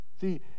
see